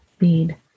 need